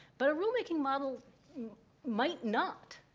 but a rulemaking model might not.